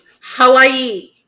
Hawaii